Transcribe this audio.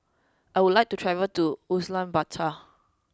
I would like to travel to Ulaanbaatar